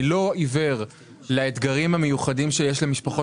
אני לא עיוור לאתגרים המיוחדים שיש למשפחות